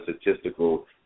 statistical